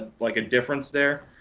like a difference there.